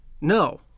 No